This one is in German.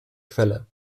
quelle